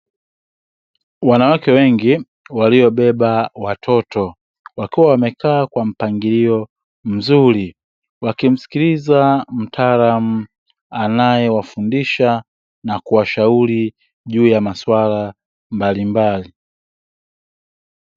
Wanawake wengi waliobeba watoto wakiwa wamekaa kwa mpangilio mzuri, wakimsikiliza mtaalamu anayewafundisha na kuwashauri juu ya maswala mbalimbali.